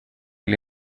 или